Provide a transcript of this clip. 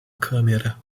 câmera